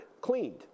cleaned